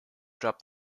drop